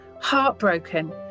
heartbroken